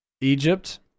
Egypt